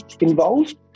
involved